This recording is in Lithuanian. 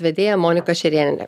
vedėja monika šerėnienė